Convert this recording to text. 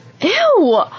Ew